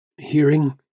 hearing